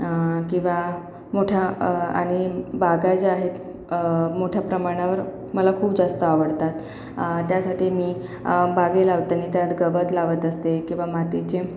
किंवा मोठ्या आणि बागा ज्या आहेत मोठ्या प्रमाणावर मला खूप जास्त आवडतात त्यासाठी मी बाग लावताना त्यात गवत लावत असते किंवा मातीचे